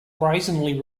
brazenly